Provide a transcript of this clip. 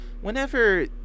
whenever